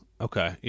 Okay